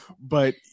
but-